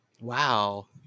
Wow